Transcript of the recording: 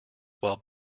while